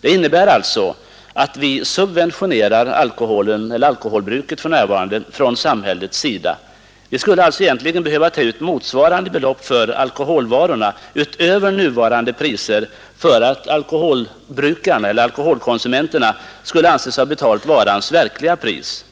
Det innebär alltså att samhället för närvarande subventionerar alkoholbruket. Vi skulle egentligen behöva ta ut motsvarande belopp för alkoholvarorna utöver nuvarande priser för att alkoholkonsumenterna skulle anses ha betalat varans verkliga pris.